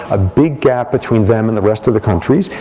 a big gap between them and the rest of the countries.